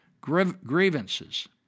grievances